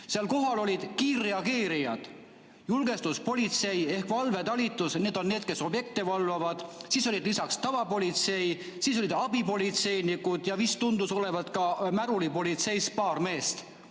Seal olid kohal kiirreageerijad, julgestuspolitsei ehk valvetalitus – need on need, kes objekte valvavad –, siis olid lisaks tavapolitseinikud, abipolitseinikud ja vist tundus olevat ka märulipolitseist paar meest.